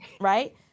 right